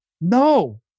No